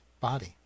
body